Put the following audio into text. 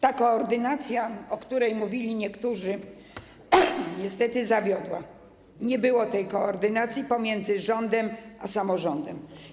Ta koordynacja, o której mówili niektórzy, niestety zawiodła, nie było jej pomiędzy rządem a samorządem.